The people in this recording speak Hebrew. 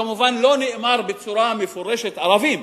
כמובן לא נאמר בצורה מפורשת ערבים,